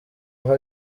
aho